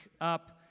up